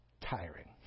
tiring